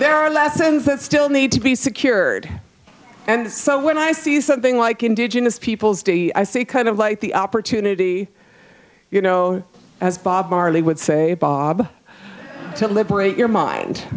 there are lessons that still need to be secured and so when i see something like indigenous people's day i see kind of like the opportunity you know as bob marley would say bob to liberate your mind